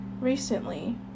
recently